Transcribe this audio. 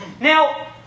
Now